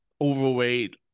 overweight